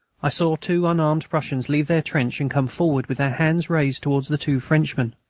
i saw two unarmed prussians leave their trench and come forward, with their hands raised towards the two frenchmen,